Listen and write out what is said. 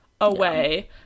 away